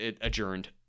adjourned